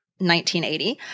1980